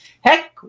heck